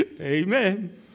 Amen